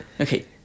okay